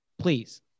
Please